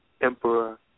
Emperor